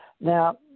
now